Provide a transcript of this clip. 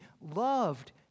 loved